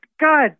god